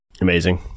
Amazing